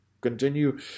continue